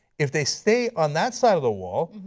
if they stay on that side of the wall,